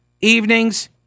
evenings